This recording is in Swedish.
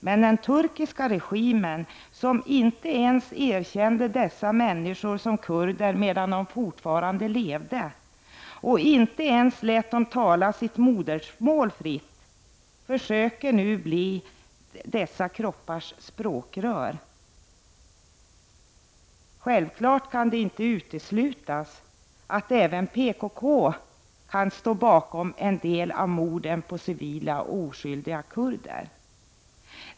Men den turkiska regimen, som inte ens erkände dessa människor som kurder medan de fortfarande levde och inte ens lät dem tala sitt modersmål fritt, försöker nu bli dessa kroppars språkrör. Självfallet kan det inte uteslutas att även PKK kan stå bakom en del av morden på civila och oskvidiga kurder.